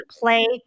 play